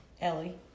Ellie